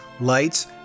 Lights